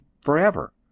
forever